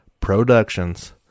productions